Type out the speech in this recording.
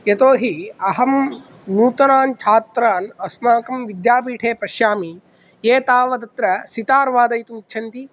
यतोहि अहं नूतनान् छात्रान् अस्माकं विद्यापीठे पश्यामि ये तावत्तत्र सितार्वादयितुम् इच्छन्ति